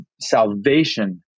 salvation